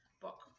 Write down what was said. book